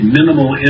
minimal